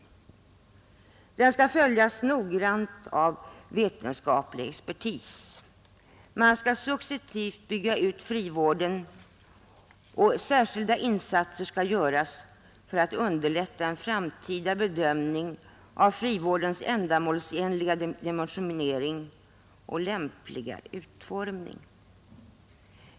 Detta experiment skall följas noggrant av vetenskaplig expertis. Man skall successivt bygga ut frivården, och särskilda insatser skall göras för att underlätta en framtida bedömning av frivårdens ändamålsenliga dimensionering och lämpliga utformning.